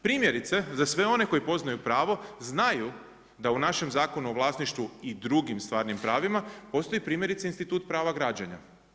Primjerice, za sve one koji poznaju pravo znaju da u našem Zakonu o vlasništvu i drugim stvarnim pravima postoji primjerice institut prava građenja.